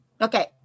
Okay